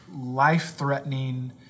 life-threatening